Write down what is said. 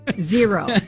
Zero